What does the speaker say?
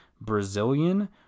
Brazilian